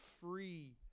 free